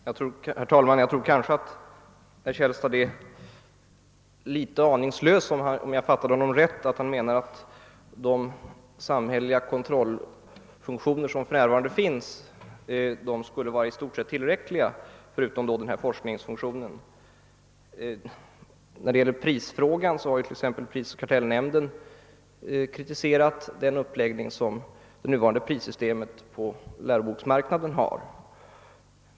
Herr talman! Jag tror att herr Källstad är litet aningslös, om jag fattade honom rätt, då han menar att de samhälleliga kontrollfunktioner som för närvarande finns skulle vara i stort sett tillräckliga, förutom forskningsfunktionen. När det gäller prisfrågan som han exemplifierade med har t.ex. prisoch kartellnämnden kritiserat den uppläggning som det nuvarande prissystemet på läroboksmarknaden har.